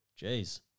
Jeez